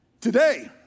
Today